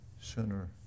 sooner